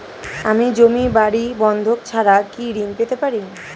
আমি জমি বাড়ি বন্ধক ছাড়া কি ঋণ পেতে পারি?